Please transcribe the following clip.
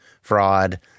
fraud